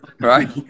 Right